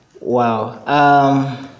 Wow